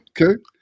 Okay